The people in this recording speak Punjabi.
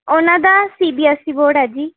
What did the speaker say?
ਉਹਨਾਂ ਦਾ C B S E board ਹੈ ਜੀ